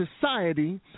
Society